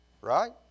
Right